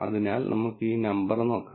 അതിനാൽ നമുക്ക് ഈ നമ്പർ നോക്കാം